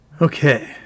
Okay